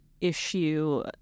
issue